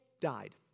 died